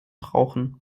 brauchen